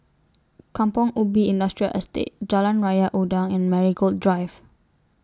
Kampong Ubi Industrial Estate Jalan Raja Udang and Marigold Drive